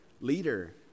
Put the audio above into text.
Leader